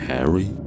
Harry